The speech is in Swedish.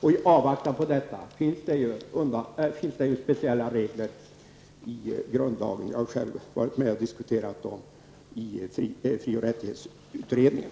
I avvaktan på detta finns det speciella regler i grundlagen. Jag har själv varit med och diskuterat dem i fri och rättighetsutredningen.